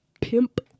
pimp